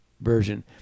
version